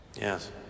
Yes